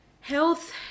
health